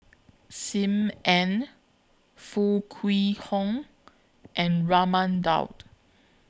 SIM Ann Foo Kwee Horng and Raman Daud